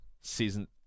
season